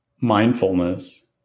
mindfulness